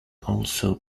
also